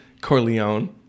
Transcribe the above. Corleone